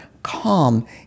calm